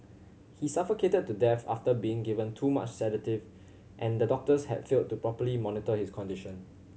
he suffocated to death after being given too much sedative and the doctors had failed to properly monitor his condition